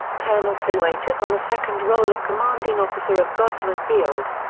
colonel selway took on the second role of commanding officer of godman field.